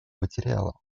материала